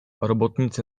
robotnicy